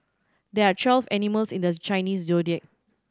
there are twelve animals in the Chinese Zodiac